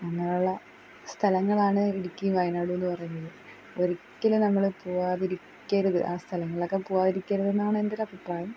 അങ്ങനെയുള്ള സ്ഥലങ്ങളാണ് ഇടുക്കിയും വയനാടും എന്ന് പറയുന്നത് ഒരിക്കലും നമ്മള് പോവാതിരിക്കരുത് ആ സ്ഥലങ്ങളൊക്കെ പോവാതിരിക്കരുതെന്നാണ് എൻറ്റൊരഭിപ്രായം